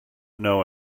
know